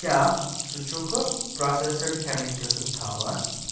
کیٛاہ ژٕ چھکھ پرٛوسیٚسڈ کھٮ۪نٕکۍ قسم تھاوان